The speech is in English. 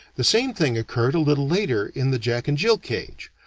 the same thing occurred a little later in the jack and jill cage,